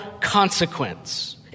consequence